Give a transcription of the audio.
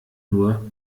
nur